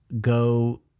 go